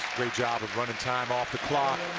great job of running time off the clock